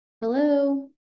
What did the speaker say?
Hello